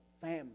family